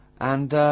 and